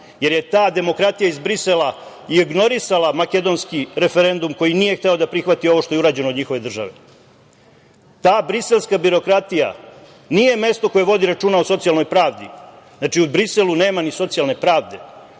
jer je ta demokratija iz Brisela ignorisala makedonski referendum koji nije hteo da prihvati ovo što je urađeno od njihove države. Ta briselska birokratija nije mesto koje vodi računa o socijalnoj pravdi. Znači, u Briselu nema ni socijalne pravde.O